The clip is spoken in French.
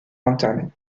internet